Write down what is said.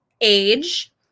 age